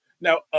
Now